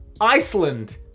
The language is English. Iceland